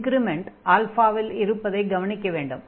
increment இல் இருப்பதை கவனிக்கவேண்டும்